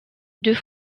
deux